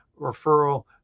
referral